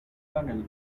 kernel